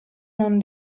non